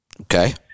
Okay